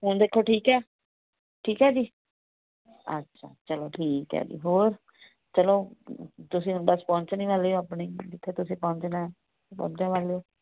ਹੁਣ ਦੇਖੋ ਠੀਕ ਹੈ ਠੀਕ ਹੈ ਜੀ ਅੱਛਾ ਚਲੋ ਠੀਕ ਹੈ ਜੀ ਹੋਰ ਚਲੋ ਤੁਸੀਂ ਹੁਣ ਬਸ ਪਹੁੰਚਣ ਹੀ ਵਾਲੇ ਹੋ ਆਪਣੀ ਜਿੱਥੇ ਤੁਸੀਂ ਪਹੁੰਚਣਾ ਪਹੁੰਚਣ ਵਾਲੇ ਹੋ